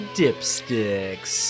dipsticks